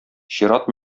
чират